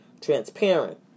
transparent